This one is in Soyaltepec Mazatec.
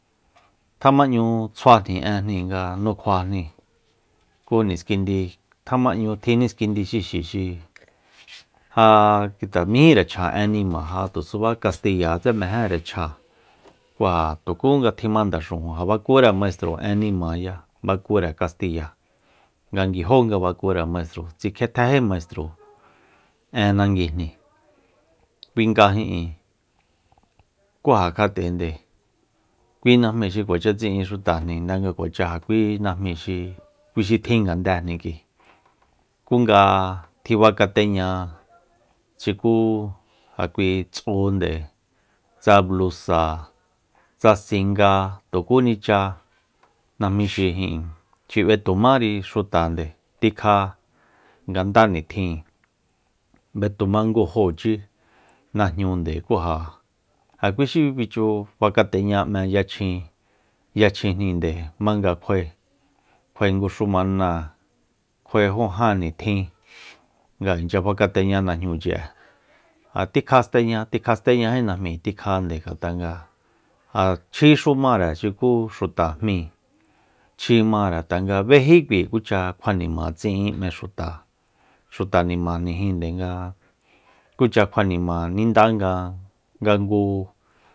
Tjemañu tsjuajni énjni nga nukjuajni ku niskindi tjemañu tjin niskindi xixi xi ja nguite mejínre chja én nima ngatusuba castiya tsé mejere chja ku ja tukú nga tjima ndaxujun ja bakure maistro én nimaya bakure castiya nga nguiajo nga bakure maistro tsikjietjéjí maistro én nanguijni kui nga ijin kú ja kjat'ende kui najmi xi kuacha tsi'in xutajni nga kuacháa kui najmi xi kui xi tjin ngandéjni k'ui kú nga tjifakateña xuku ja kui tsúunde tsa blusa tsa singa tukúnicha najmí xi ijin xi b'etumári xutande tikja nga nda nitjin b'etuma ngu jóochí najñunde ku ja- ja kui xi fichu fakateñá m'e yachjin- yachjinjninde jmanga kjuae kjuae ngu xumanáa kjuae jó ján nitjin nga inchya fakateña najñu'e ja tikja steña tkja steñají najmíi tikjande ngat'anga ja chjíxumáre xukú xuta jmíi chji mare tanga béjí kui kucha kjua nima tsi'in m'e xuta xuta nimajnijí nde nga kucha kjua nima ninda nga- nga ngu